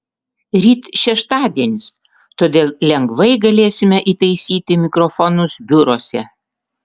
ryt šeštadienis todėl lengvai galėsime įtaisyti mikrofonus biuruose